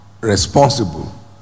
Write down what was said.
responsible